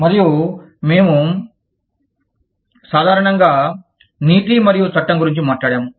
మరియు మేము సాధారణంగా నీతి మరియు చట్టం గురించి మాట్లాడాము